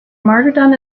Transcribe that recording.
martyrdom